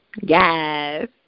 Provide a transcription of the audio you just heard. Yes